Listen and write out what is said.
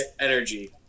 energy